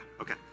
okay